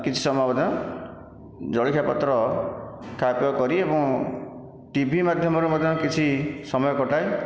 କିଛି ସମୟ ମଧ୍ୟ ଜଳଖିଆ ପତ୍ର ଖାଅପିଆ କରି ଏବଂ ଟିଭି ମାଧ୍ୟମରେ ମଧ୍ୟ କିଛି ସମୟ କଟାଏ